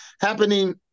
happening